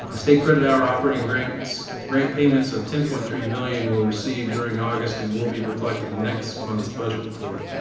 state credit hour operating grants grant payments of ten point three million were received during august and will be reflected in next month's budget report.